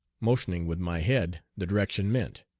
motioning with my head the direction meant.